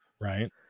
right